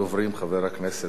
חבר הכנסת זאב אלקין.